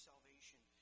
salvation